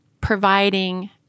providing